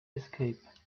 escape